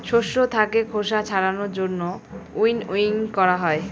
শস্য থাকে খোসা ছাড়ানোর জন্য উইনউইং করা হয়